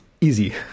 easy